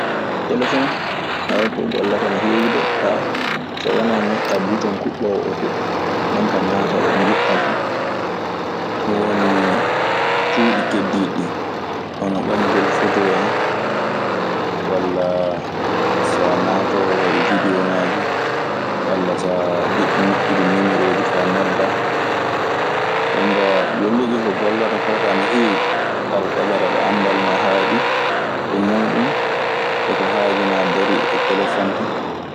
Telefon aa ko gollata ana heewi de. Kaa so waanaa ñoƴƴaa buton kuɓɓoowo oo huɓɓa, nden kaa naata eɗo njiɗɗaa fuu. Ko woni cuuɗi keddiiɗi ɗii hono ɓamugol fotoo en. Walla so a naatoowo widooŋaaji. Walla so naatoowo e widooŋaaji. Walla so jiɗɗo ñoƴƴude niimorooji faa noddaa. jonkaa golleji ko gollata koo kaa ana heewi. Alkadara ɗo anndal maa haaɗi e muuɗum e ko haaju maa darii e telefon tan.